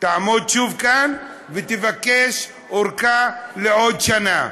תעמוד שוב כאן ותבקש ארכה של עוד שנה.